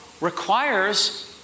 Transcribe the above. requires